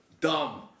dumb